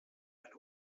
eine